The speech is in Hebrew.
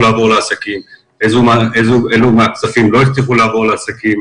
לעבור לעסקים ואיזה כספים לא הצליחו לעבור אליהם.